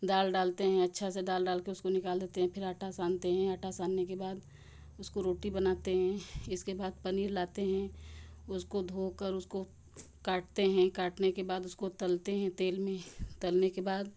दाल डालते हैं अच्छा से दाल डालके उसको निकाल देते हैं फिर आटा सानते हैं आटा सानने के बाद उसको रोटी बनाते हैं इसके बाद पनीर लाते हैं उसको धोकर उसको काटते हैं काटने के बाद उसको तलते हैं तेल में तलने के बाद